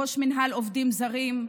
ראש מינהל עובדים זרים,